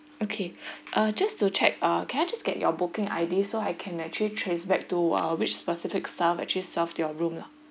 okay uh just to check uh can I just get your booking I_D so I can actually trace back to uh which specific staff actually served your room lah